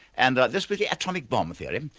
and this was the atomic bomb theory.